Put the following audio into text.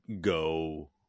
go